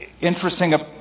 interesting